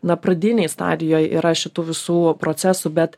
na pradinėj stadijoj yra šitų visų procesų bet